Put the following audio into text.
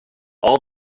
all